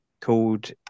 called